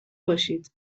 باشید